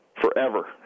forever